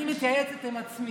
אני מתייעצת עם עצמי,